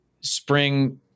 spring